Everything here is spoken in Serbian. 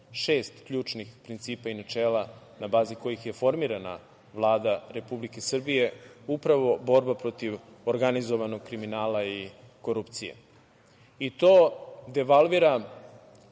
šest ključnih principa i načela na bazi kojih je formirana Vlada Republike Srbije upravo borba protiv organizovanog kriminala i korupcije. To devalvira